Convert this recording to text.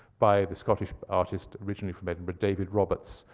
by the scottish artist originally from edinburgh, david roberts,